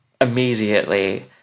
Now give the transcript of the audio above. immediately